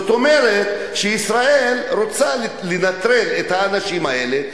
זאת אומרת שישראל רוצה לנטרל את האנשים האלה,